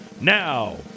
Now